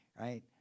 Right